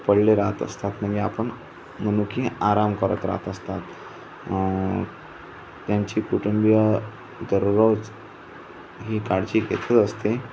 पडले राहत असतात म्हणजे आपण मनुखी आराम करत राहत असतात त्यांची कुटुंबीय दररोज ही काळजी घेतच असते